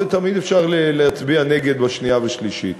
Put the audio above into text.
תמיד אפשר להצביע נגד בקריאה השנייה והשלישית.